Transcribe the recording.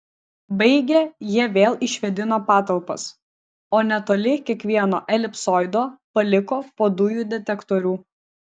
baigę jie vėl išvėdino patalpas o netoli kiekvieno elipsoido paliko po dujų detektorių